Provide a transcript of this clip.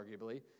arguably